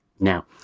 Now